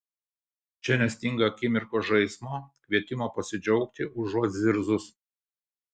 čia nestinga akimirkos žaismo kvietimo pasidžiaugti užuot zirzus